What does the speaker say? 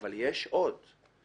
אבל יש עוד אנשים.